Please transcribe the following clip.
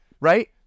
right